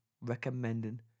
recommending